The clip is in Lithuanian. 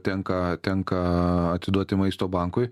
tenka tenka atiduoti maisto bankui